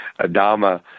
Adama